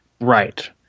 Right